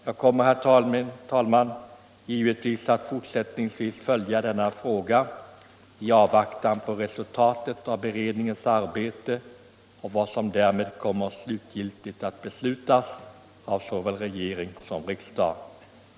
Jag kommer, herr talman, givetvis att följa denna fråga i avvaktan på resultatet av beredningens arbete och på vad som slutgiltigt kommer att beslutas i frågan av såväl regering som riksdag.